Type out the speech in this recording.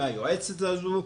מהיועצת הזו,